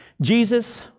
Jesus